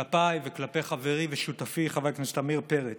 כלפיי וכלפי חברי ושותפי חבר הכנסת עמיר פרץ.